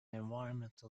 environmental